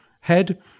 head